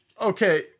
okay